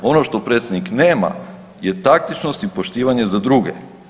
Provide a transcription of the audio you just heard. Ono što predsjednik nema je taktičnost i poštivanje za druge.